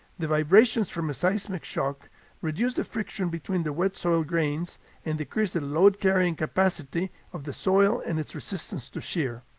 the vibrations from a seismic shock reduce the friction between the wet soil grains and decrease the load-carrying capacity of the soil and its resistance to shear.